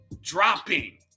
dropping